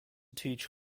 teach